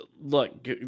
Look